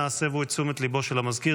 נא הסבו את תשומת ליבו של המזכיר,